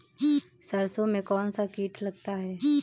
सरसों में कौनसा कीट लगता है?